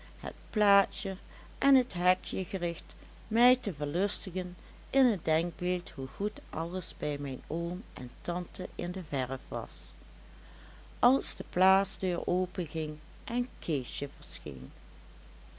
het plaatsje en het hekje gericht mij te verlustigen in het denkbeeld hoe goed alles bij mijn oom en tante in de verf was als de plaatsdeur openging en keesje verscheen